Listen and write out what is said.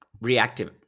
Reactive